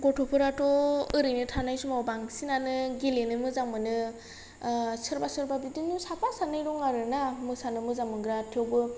गथ'फोराथ' एरैनो थानाय समाव बांसिनानो गेलेनो मोजां मोनो सोरबा सोरबा बिदिनो साफा सानै दं आरोना मोसानि मोजां मोनग्रा थेवबो